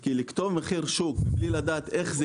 כי לכתוב מחיר שוק מבלי לדעת איך זה